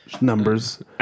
numbers